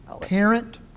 Parent